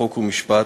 חוק ומשפט,